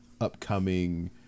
upcoming